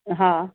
हा